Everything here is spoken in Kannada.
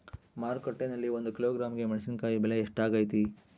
ಮಾರುಕಟ್ಟೆನಲ್ಲಿ ಒಂದು ಕಿಲೋಗ್ರಾಂ ಮೆಣಸಿನಕಾಯಿ ಬೆಲೆ ಎಷ್ಟಾಗೈತೆ?